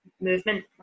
movement